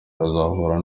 uzahura